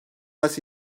yas